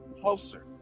closer